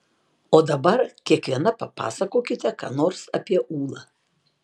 o dabar kiekviena papasakokite ką nors apie ūlą